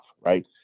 right